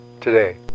today